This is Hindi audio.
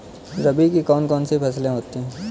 रबी की कौन कौन सी फसलें होती हैं?